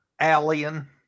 alien